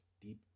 deep